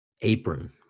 apron